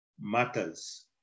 matters